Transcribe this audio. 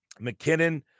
McKinnon